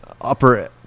upper